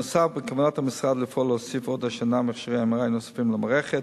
בכוונת המשרד לפעול להוסיף עוד השנה מכשירי MRI נוספים למערכת,